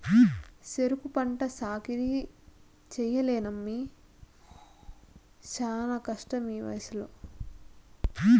సెరుకు పంట సాకిరీ చెయ్యలేనమ్మన్నీ శానా కష్టమీవయసులో